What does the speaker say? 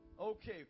Okay